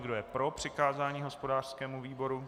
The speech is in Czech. Kdo je pro přikázání hospodářskému výboru?